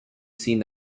seen